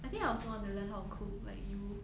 I think I also want to learn how to cook like you